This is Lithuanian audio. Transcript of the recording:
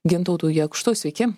gintautu jakštu sveiki